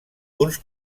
uns